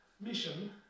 mission